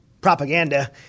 propaganda